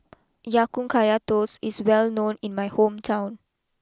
Ya Kun Kaya Toast is well known in my hometown